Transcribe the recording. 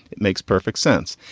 it makes perfect sense.